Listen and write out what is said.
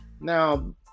Now